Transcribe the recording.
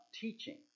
teaching